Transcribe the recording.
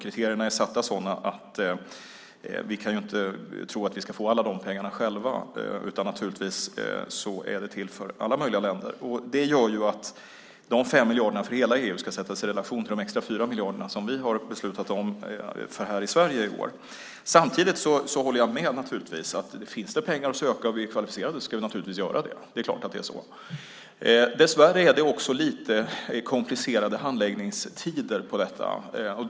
Kriterierna är satta på ett sådant sätt att vi inte kan tro att vi ska få alla dessa pengar själva. Naturligtvis är de till för alla möjliga länder. Dessa 5 miljarder för hela EU ska sättas i relation till de extra 4 miljarder som vi har beslutat om här i Sverige. Samtidigt håller jag naturligtvis med om att om det finns pengar att söka och vi är kvalificerade ska vi göra det. Det är klart att det är så. Dessvärre är det också lite komplicerade handläggningstider i fråga om detta.